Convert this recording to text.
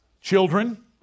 Children